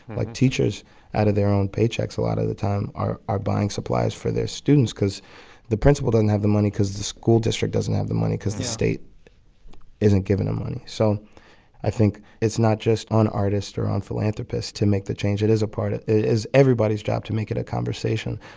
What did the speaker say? like teachers out of their own paychecks, a lot of the time, are are buying supplies for their students because the principal doesn't have the money because the school district doesn't have the money because the state isn't giving them money so i think it's not just on artist or on philanthropists to make the change. it is a part of it is everybody's job to make it a conversation.